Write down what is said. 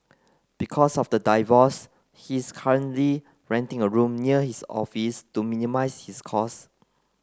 because of the divorce he is currently renting a room near his office to minimise his cost